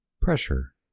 pressure